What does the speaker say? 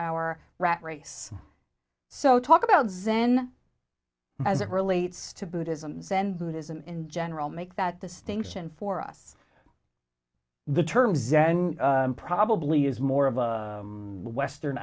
our rat race so talk about zen as it relates to buddhism zen buddhism in general make that distinction for us the term zen probably is more of a western